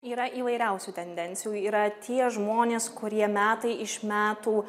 yra įvairiausių tendencijų yra tie žmonės kurie metai iš metų